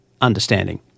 understanding